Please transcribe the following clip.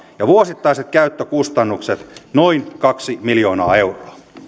ja vuosittaiset käyttökustannukset noin kaksi miljoonaa euroa